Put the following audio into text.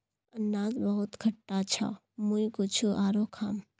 अनन्नास बहुत खट्टा छ मुई कुछू आरोह खाम